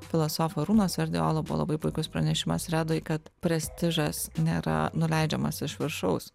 filosofo arūno sverdiolo buvo labai puikus pranešimas redoj kad prestižas nėra nuleidžiamas iš viršaus